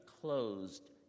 closed